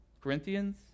Corinthians